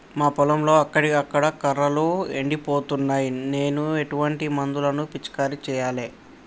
మా పొలంలో అక్కడక్కడ కర్రలు ఎండిపోతున్నాయి నేను ఎటువంటి మందులను పిచికారీ చెయ్యాలే?